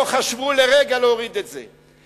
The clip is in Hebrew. לא חשבו לרגע להוריד את זה.